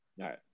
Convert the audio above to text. right